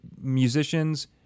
musicians